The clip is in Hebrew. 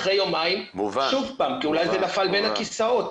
אחרי יומיים שוב פעם, כי אולי זה נפל בין הכסאות.